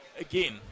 again